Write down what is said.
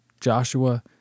Joshua